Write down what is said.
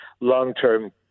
long-term